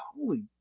Holy